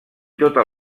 tota